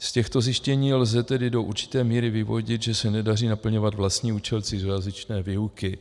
Z těchto zjištění lze tedy do určité míry vyvodit, že se nedaří naplňovat vlastní účel cizojazyčné výuky.